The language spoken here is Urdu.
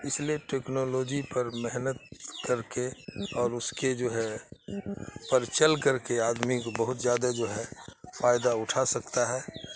اس لیے ٹیکنالوجی پر محنت کر کے اور اس کے جو ہے پر چل کر کے آدمی کو بہت زیادہ جو ہے فائدہ اٹھا سکتا ہے